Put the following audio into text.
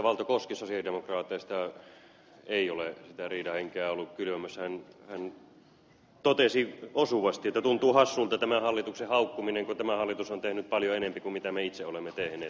valto koski sosialidemokraateista ei ole sitä riidanhenkeä ollut kylvämässä hän totesi osuvasti että tuntuu hassulta tämä hallituksen haukkuminen kun tämä hallitus on tehnyt paljon enempi kuin me itse olemme tehneet